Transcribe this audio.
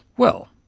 well,